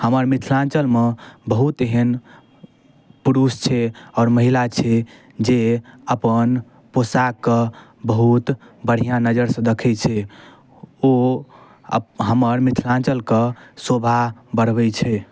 हमर मिथिलाञ्चलमे बहुत एहन पुरुष छै आओर महिला छै जे अपन पोशाकके बहुत बढ़िआँ नजरिसँ देखै छै ओ अप हमर मिथिलाञ्चलके शोभा बढ़बै छै